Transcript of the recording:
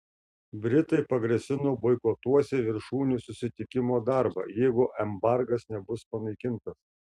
britai pagrasino boikotuosią viršūnių susitikimo darbą jeigu embargas nebus panaikintas